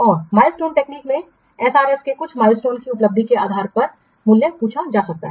और milestone technique में SRS के कुछ माइलस्टोन की उपलब्धि के आधार पर मूल्य पूछा जा सकता है